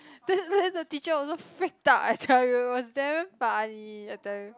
then then the teacher also freaked out I tell you was damn funny I tell you